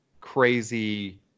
crazy